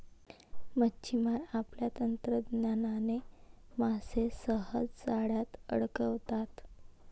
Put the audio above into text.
मच्छिमार आपल्या तंत्रज्ञानाने मासे सहज जाळ्यात अडकवतात